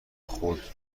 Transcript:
خودروی